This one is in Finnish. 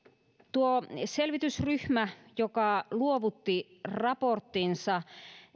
tuo selvitysryhmä joka luovutti raporttinsa